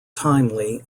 timely